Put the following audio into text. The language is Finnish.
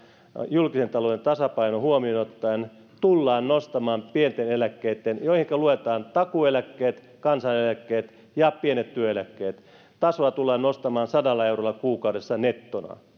julkisen talouden tasapaino huomioon ottaen tullaan nostamaan pienten eläkkeitten joihinka luetaan takuueläkkeet kansaneläkkeet ja pienet työeläkkeet tasoa sadalla eurolla kuukaudessa nettona